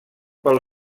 pel